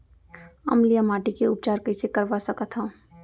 अम्लीय माटी के उपचार कइसे करवा सकत हव?